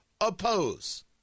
oppose